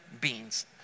beings